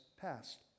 passed